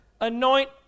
anoint